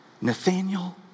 Nathaniel